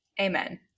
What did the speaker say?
Amen